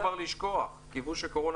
בבקשה.